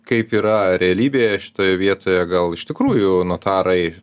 kaip yra realybėje šitoje vietoje gal iš tikrųjų notarai